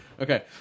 Okay